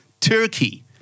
Turkey